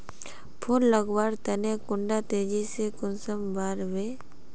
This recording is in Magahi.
फुल लगवार तने कुंडा तेजी से कुंसम बार वे?